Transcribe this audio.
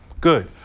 Good